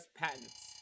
patents